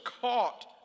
caught